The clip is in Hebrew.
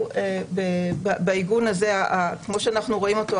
הוא בעיגון הזה הקוהרנטי כפי שאנו רואים אותו,